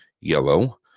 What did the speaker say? yellow